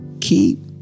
Keep